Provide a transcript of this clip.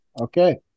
Okay